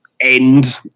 end